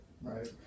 Right